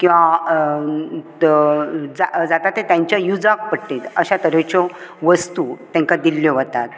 किंवा जाता तो तेंच्या यूजाक पडटीत अश्या तरेच्यो वस्तु तांकां दिल्ल्यो वतात